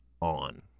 on